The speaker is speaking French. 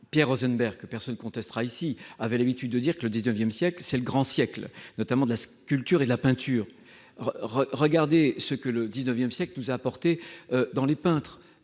Pierre Rosenberg, que personne ne contestera ici, avait l'habitude de dire que le XIX siècle était « le » grand siècle, notamment pour la sculpture et la peinture. Regardez ce que le XIX siècle nous a apporté en peinture